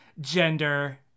gender